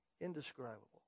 Indescribable